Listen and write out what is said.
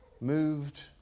moved